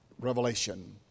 Revelation